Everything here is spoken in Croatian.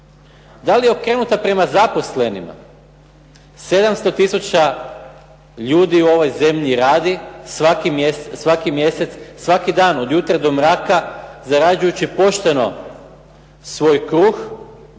Da li je okrenuta prema zaposlenim a? 700 tisuća ljudi u ovoj zemlji radi, svaki mjesec, svaki dan od jutra od mraka, zarađujući pošteno svoj kruh,